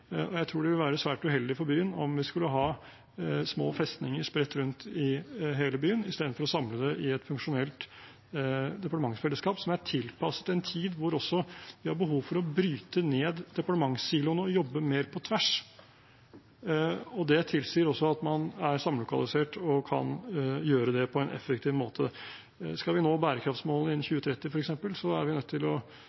Jeg tror det ville være svært uheldig for byen om vi skulle ha små festninger spredt rundt om i hele byen, istedenfor å samles i et funksjonelt departementsfellesskap som er tilpasset en tid da vi også har behov for å bryte ned departementssiloene og jobbe mer på tvers. Det tilsier også at man er samlokalisert og kan gjøre det på en effektiv måte. Skal vi nå bærekraftsmålene innen